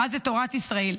מה זה תורת ישראל,